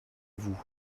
vous